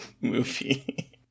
movie